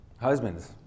Husbands